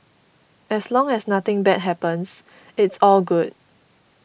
as long as nothing bad happens it's all good